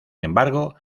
embargo